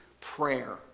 prayer